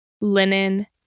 linen